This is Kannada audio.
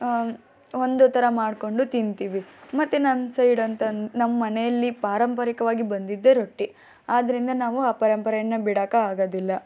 ಒಂದು ಥರ ಮಾಡಿಕೊಂಡು ತಿನ್ತೀವಿ ಮತ್ತು ನಮ್ಮ ಸೈಡ್ ಅಂತ ನಮ್ಮ ಮನೆಯಲ್ಲಿ ಪಾರಂಪರಿಕವಾಗಿ ಬಂದಿದ್ದೆ ರೊಟ್ಟಿ ಆದ್ದರಿಂದ ನಾವು ಆ ಪರಂಪರೆಯನ್ನು ಬಿಡಕ್ಕೆ ಆಗೋದಿಲ್ಲ